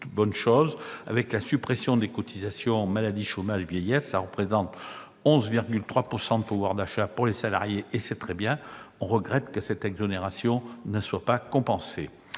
bonne chose. La suppression des cotisations maladie, chômage, vieillesse représente 11,3 % de pouvoir d'achat en plus pour les salariés. C'est très bien ! Mais on regrette que cette exonération ne soit pas compensée.